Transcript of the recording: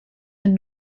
and